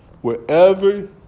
wherever